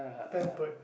pampered